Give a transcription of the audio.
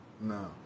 No